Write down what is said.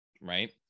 Right